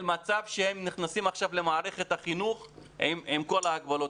אין מצב שהם נכנסים עכשיו למערכת החינוך עם כל ההגבלות.